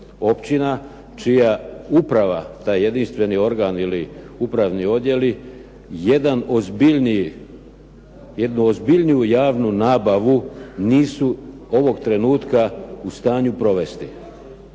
općina čija uprava, taj jedinstveni organ ili upravni odjeli, jednu ozbiljniju javnu nabavu nisu ovog trenutka u stanju provesti.